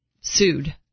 sued